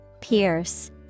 pierce